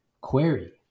Query